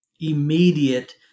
immediate